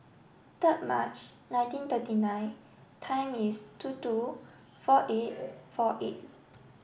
third March nineteen thirty nine time is two two four eight four eight